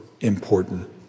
important